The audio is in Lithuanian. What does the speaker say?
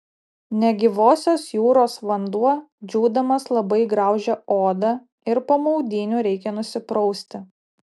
negyvosios jūros vanduo džiūdamas labai graužia odą ir po maudynių reikia nusiprausti